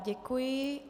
Děkuji.